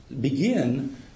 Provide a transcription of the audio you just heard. begin